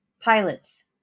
Pilots